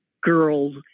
girls